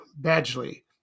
Badgley